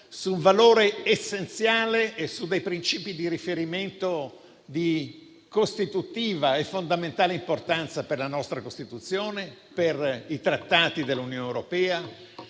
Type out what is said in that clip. su un valore essenziale e su dei principi di riferimento di costitutiva e fondamentale importanza per la nostra Costituzione, per i trattati dell'Unione europea,